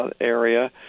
area